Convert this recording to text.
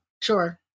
sure